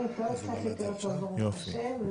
קצת יותר טוב, ברוך השם.